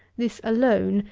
this alone,